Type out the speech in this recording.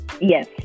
yes